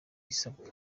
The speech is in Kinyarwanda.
isabwa